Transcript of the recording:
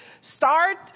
Start